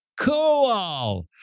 Cool